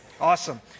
Awesome